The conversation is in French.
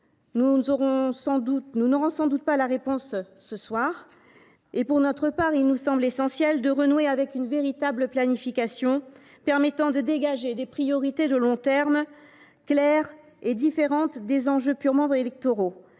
Nous n’aurons sans doute pas la réponse ce soir. Pour notre part, il nous semble essentiel de renouer avec une véritable planification permettant de dégager des priorités de long terme claires et déconnectées des enjeux purement électoraux.